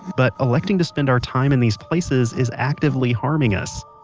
but electing to spend our time in these places is actively harming us!